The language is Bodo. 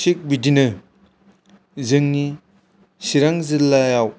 थिग बिदिनो जोंनि चिरां जिल्लायाव